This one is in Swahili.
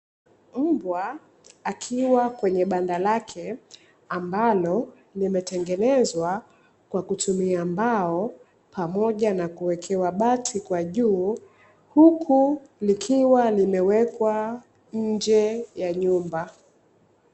Mbwa akiwa kwenye banda lake ambalo limetengenezwa kwa kutumia mbao, pamoja na kuwekewa bati kwa juu huku likiwa limewekwa nje ya nyumba.